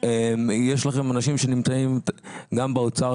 יש לכם אנשים שנמצאים גם באוצר,